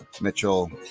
Mitchell